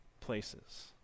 places